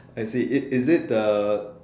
I see is is it uh